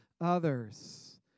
others